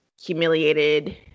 humiliated